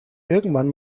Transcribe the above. irgendwann